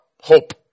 Hope